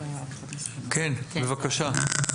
כן, בבקשה.